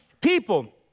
people